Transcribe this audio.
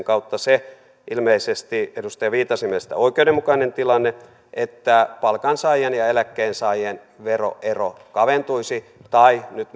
kautta se ilmeisesti edustaja viitasen mielestä oikeudenmukainen tilanne että palkansaajien ja eläkkeensaajien veroero kaventuisi tai nyt